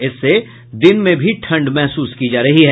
इससे दिन में भी ठंड महसूस की जा रही है